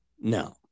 No